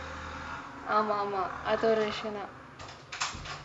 ஆமா ஆமா அது ஒரு விஷயத்தே:aama aama athu oru vishayathae